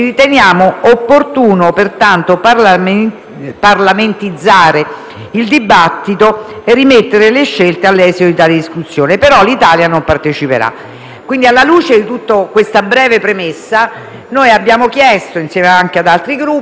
di avere la possibilità di parlamentarizzare il dibattito, cioè di avere la discussione in Parlamento, in particolare nell'Aula del Senato, con comunicazioni o del Presidente del Consiglio o del Ministro degli esteri, e una